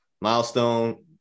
milestone